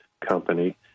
company